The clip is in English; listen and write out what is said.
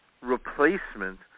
replacement